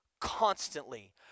constantly